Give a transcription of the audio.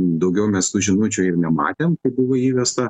daugiau mes tų žinučių ir nematėm kai buvo įvesta